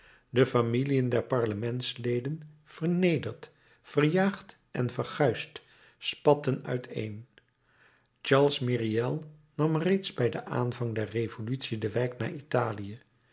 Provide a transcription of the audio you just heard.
de familiën der parlementsleden vernederd verjaagd en verguisd spatten uiteen charles myriel nam reeds bij den aanvang der revolutie de wijk naar italië